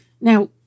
Now